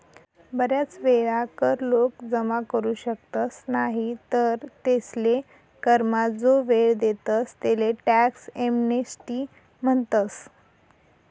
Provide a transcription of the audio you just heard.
बराच वेळा कर लोक जमा करू शकतस नाही तर तेसले करमा जो वेळ देतस तेले टॅक्स एमनेस्टी म्हणतस